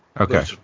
Okay